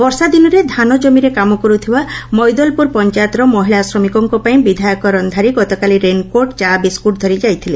ବର୍ଷା ଦିନରେ ଧାନ ଜମିରେ କାମ କର୍ତଥିବା ମୈଦଲପୁର ପଞାୟତର ମହିଳା ଶ୍ରମିକଙ୍କ ପାଇଁ ବିଧାୟକ ରକ୍ଷାରୀ ଗତକାଲି ରେନ୍କୋଟ୍ ଚା ବିସ୍କୁଟ ଧରି ଯାଉଥିଲେ